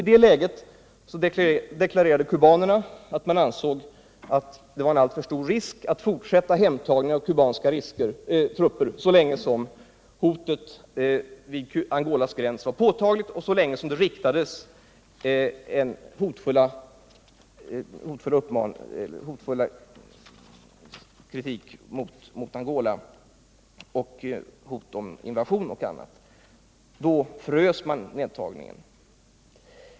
I detta läge deklarerade kubanerna att man ansåg det vara en alltför stor risk att fortsätta hemtagningen av trupper så länge som hotet vid Angolas gräns var påtagligt och så länge som det riktades hotfull kritik mot Angola, hot om invasion m.m. Då frös man hemtagningen.